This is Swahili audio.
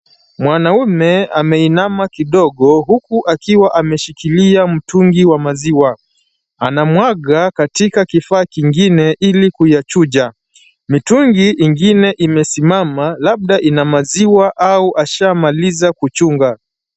Mwanaume ameinama kidogo huku akiwa ameshikilia mtungi wa maziwa, anamwaga katika kifaa kingine ili kuyachuja. Mitungi ingine imesimama labda ina maziwa au ashamaliza kuchunga.